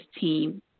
team